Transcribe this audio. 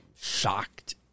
shocked